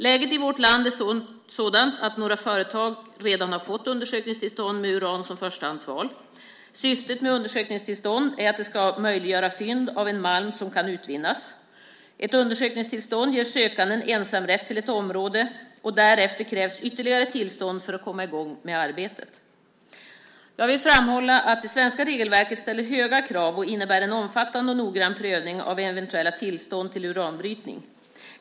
Läget i vårt land är sådant att några företag redan har fått undersökningstillstånd med uran som förstahandsval. Syftet med undersökningstillstånd är att det ska möjliggöra fynd av en malm som kan utvinnas. Ett undersökningstillstånd ger sökanden ensamrätt till ett område. Därefter krävs ytterligare tillstånd för att komma i gång med arbetet. Jag vill framhålla att det svenska regelverket ställer höga krav och innebär en omfattande och noggrann prövning av eventuella tillstånd till uranbrytning.